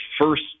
first